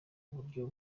buryo